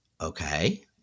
okay